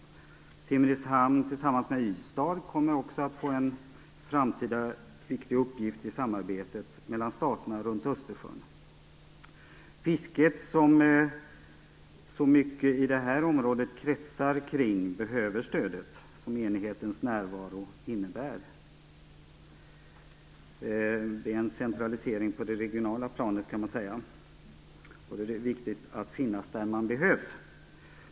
Simrishamn kommer också tillsammans med Ystad att få en framtida viktig uppgift i samarbetet mellan staterna runt Östersjön. Det är mycket som kretsar kring fisket i det här området, och man behöver det stöd som enhetens närvaro innebär. Det är en centralisering på det regionala planet. Det är viktigt att finnas där man behövs.